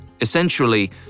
Essentially